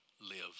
live